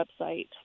website